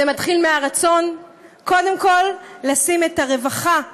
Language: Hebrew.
זה מתחיל קודם כול מהרצון לשים את הרווחה שלנו,